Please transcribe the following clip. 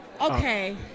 Okay